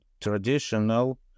traditional